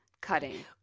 cutting